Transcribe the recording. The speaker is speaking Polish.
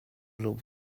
lub